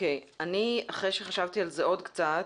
אחרי שחשבתי על זה עוד קצת,